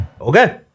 Okay